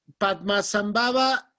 Padmasambhava